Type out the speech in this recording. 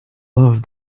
love